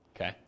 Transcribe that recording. Okay